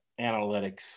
analytics